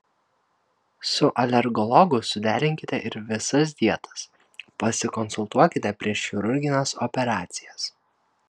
su alergologu suderinkite ir visas dietas pasikonsultuokite prieš chirurgines operacijas